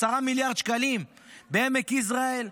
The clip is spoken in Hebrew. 10 מיליארד שקלים בעמק יזרעאל,